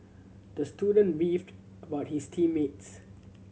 the student beefed about his team mates